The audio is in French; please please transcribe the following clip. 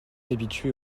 habitué